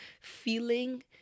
feeling